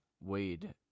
Wade